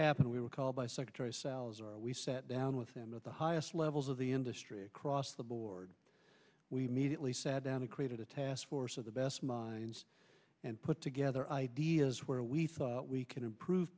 happened we were called by secretary salazar we sat down with them at the highest levels of the industry across the board we mediately sat down and created a task force of the best minds and put together ideas where we thought we could improve